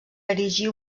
erigir